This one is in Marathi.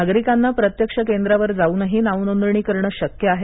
नागरिकांना प्रत्यक्ष केंद्रावर जाऊनही नावनोंदणी करणं शक्य आहे